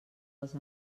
els